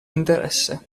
interesse